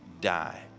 die